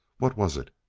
what was it?